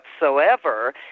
whatsoever